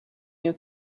you